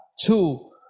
two